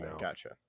gotcha